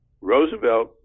Roosevelt